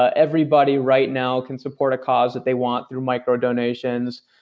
ah everybody right now can support a cause that they want through micro donations,